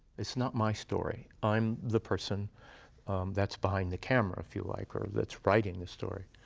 it's not my story. i'm the person that's behind the camera, if you like, or that's writing the story,